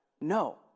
no